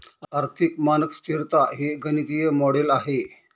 आर्थिक मानक स्तिरता हे गणितीय मॉडेल आहे